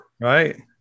Right